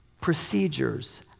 procedures